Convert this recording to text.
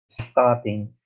starting